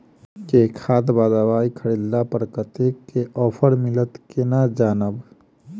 केँ खाद वा दवाई खरीदला पर कतेक केँ ऑफर मिलत केना जानब?